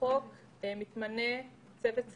מתמנה צוות שרים.